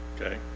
Okay